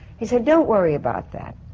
he said, don't worry about that.